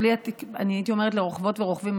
אני הייתי אומרת "לרוכבות ורוכבים",